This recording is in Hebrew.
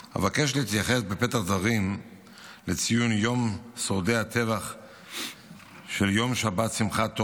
אבקש להתייחס בפתח הדברים לציון יום שורדי הטבח של יום שבת שמחת תורה,